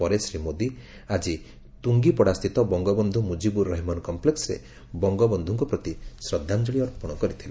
ପରେ ଶ୍ରୀ ମୋଦୀ ଆଜି ତୁଙ୍ଗୀପଡ଼ାସ୍ଥିତ ବଙ୍ଗବନ୍ଧୁ ମୁଜିବୁର ରହେମନ କଂପ୍ଲେକ୍ସରେ ବଙ୍ଗବନ୍ଧୁଙ୍କ ପ୍ରତି ଶ୍ରଦ୍ଧାଞ୍ଚଳି ଅର୍ପଣ କରିଥିଲେ